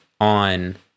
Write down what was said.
on